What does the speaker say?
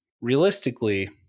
realistically